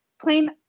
plain